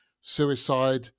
Suicide